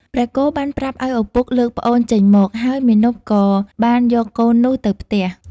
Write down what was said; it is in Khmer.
ព្រះគោបានប្រាប់ឲ្យឪពុកលើកប្អូនចេញមក ហើយមាណពក៏បានយកកូននោះទៅផ្ទះ។